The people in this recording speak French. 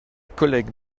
collègue